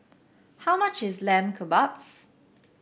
how much is Lamb Kebabs